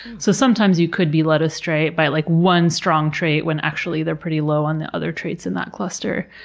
so sometimes you could be led astray by like one strong trait when actually they're pretty low on the other traits in that cluster.